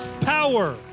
power